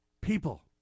people